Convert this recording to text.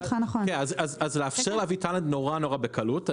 כן, אז לאפשר להביא טאלנט נורא בקלות.